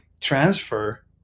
transfer